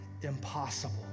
impossible